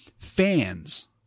Fans